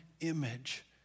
image